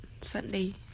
Sunday